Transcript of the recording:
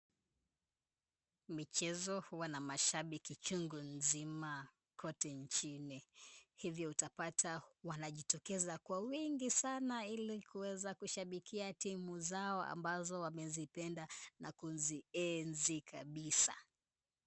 Michezo huwa na mashabiki chungu nzima kote nchini. Hivyo utapata wanajitokeza kwa wingi sana, ili kuweza kushabikia timu zao ambazo wamezipenda na kuzienzi kabisa.